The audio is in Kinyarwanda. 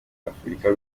afurika